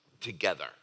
together